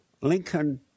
Lincoln